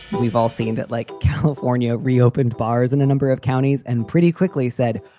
we've all seen that, like california reopened bars in a number of counties and pretty quickly said,